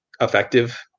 effective